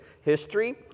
history